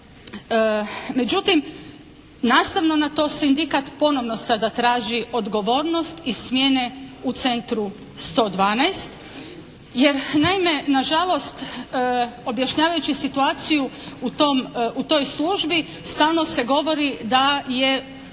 Međutim nastavno na to sindikat ponovno sada traži odgovornost i smjene u Centru 112, jer naime na žalost objašnjavajući situaciju u toj službi stalno se govori da je